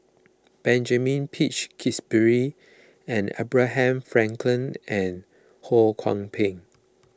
Benjamin Peach Keasberry Abraham Frankel and Ho Kwon Ping